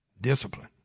discipline